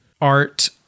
art